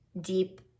deep